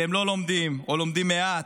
שהם לא לומדים או לומדים מעט,